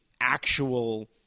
actual